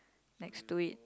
next to it